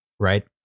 Right